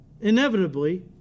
inevitably